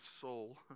soul